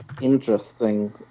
interesting